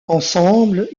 ensemble